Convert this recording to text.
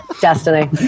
Destiny